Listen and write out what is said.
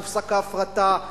"תופסק ההפרטה",